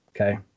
Okay